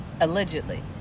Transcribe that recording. Allegedly